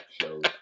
shows